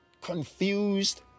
confused